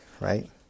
Right